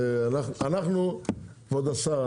כבוד השר,